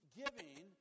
giving